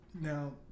Now